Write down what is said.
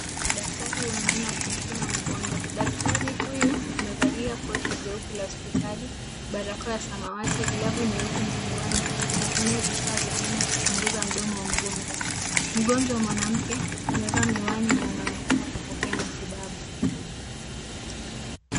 Daktari wa meno akimpima mgonjwa. Daktari huyu amevalia koti jeupe la hospitali, barakoa ya samawati, glavu nyeupe na miwani. Anatumia vifaa vya meno kumchunguza mdomo wa mgonjwa. Mgonjwa mwanamke amevaa miwani na anaonekana kupokea matibabu.